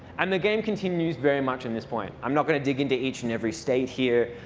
and the game continues very much in this point. i'm not going to dig into each and every state here.